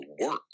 work